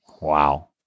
Wow